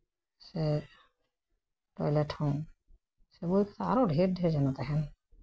ᱥᱮ ᱴᱚᱭᱞᱮᱴ ᱦᱚᱸ ᱟᱨᱦᱚᱸ ᱰᱷᱮᱨ ᱰᱷᱮᱨ ᱡᱮᱱᱚ ᱛᱟᱦᱮᱱ